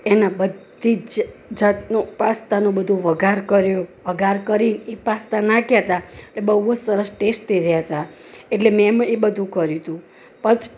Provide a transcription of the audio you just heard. એના બધી જ જાતનો પાસ્તાનો બધો વઘાર કર્યા વઘાર કરી એ પાસ્તા નાખ્યા હતા એ બહુ જ સરસ ટેસ્ટી રહ્યા હતા એટલે મેં બધુ કર્યું હતું પછી